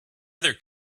other